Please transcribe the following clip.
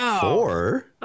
Four